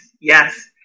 yes